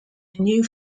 new